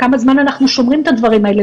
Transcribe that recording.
כמה זמן אנחנו שומרים את הדברים האלה,